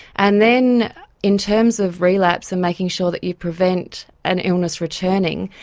and then in terms of relapse and making sure that you prevent an illness returning,